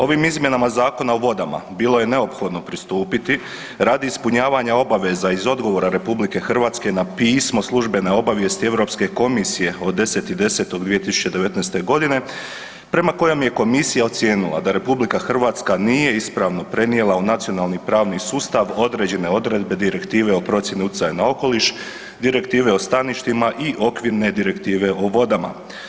Ovim izmjenama Zakona o vodama bilo je neophodno pristupiti radi ispunjavanja obaveza iz odgovora RH na pismo službene obavijesti Europske komisije od 10.10.2019.g. prema kojem je komisija ocijenila da RH nije ispravno prenijela u Nacionalni pravni sustav određene odredbe Direktive o procjeni utjecaja na okoliš, Direktive o staništima i Okvirne direktive o vodama.